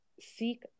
seek